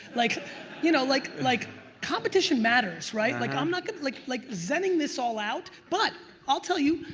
like you know like like competition matters, right? like i'm not gonna like like. zen-ing this all out, but i'll tell you,